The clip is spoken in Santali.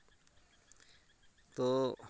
ᱛᱚ